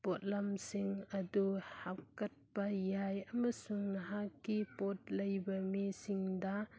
ꯄꯣꯠꯂꯝꯁꯤꯡ ꯑꯗꯨ ꯍꯥꯞꯀꯠꯄ ꯌꯥꯏ ꯑꯃꯁꯨꯡ ꯅꯍꯥꯛꯀꯤ ꯄꯣꯠ ꯂꯩꯕ ꯃꯤꯁꯤꯡꯗ